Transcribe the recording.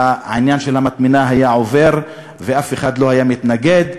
והעניין של המטמנה היה עובר ואף אחד לא היה מתנגד.